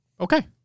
Okay